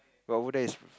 but over there is